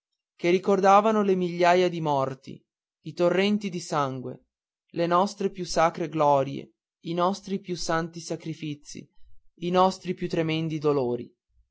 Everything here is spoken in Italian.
che ricordavano le migliaia di morti i torrenti di sangue le nostre più sacre glorie i nostri più santi sacrifici i nostri più tremendi dolori